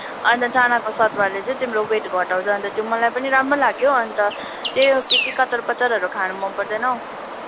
अन्त चानाको सतुवाले चाहिँ तिम्रो वेट घटाउँछ अन्त त्यो मलाई पनि राम्रो लाग्यो अन्त त्यही हो के के कचर पचरहरू खान मन पर्दैन हौ